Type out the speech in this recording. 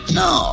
no